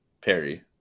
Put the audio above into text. Perry